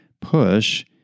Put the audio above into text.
push